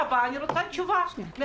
גם